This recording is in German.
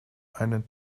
einen